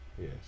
Yes